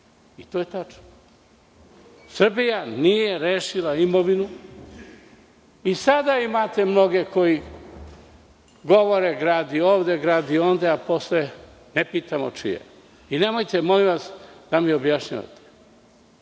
I to je tačno. Srbija nije rešila imovinu. I sada imate mnoge koji govore – gradi ovde, gradi onde, a posle ne pitamo čije je. Nemojte, molim vas, da mi objašnjavate.